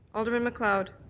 alderman mcleod?